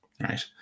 right